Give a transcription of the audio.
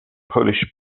polish